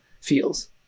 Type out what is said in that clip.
feels